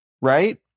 right